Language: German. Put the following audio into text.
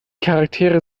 charaktere